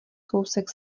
kousek